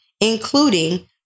including